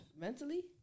mentally